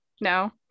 no